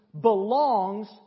belongs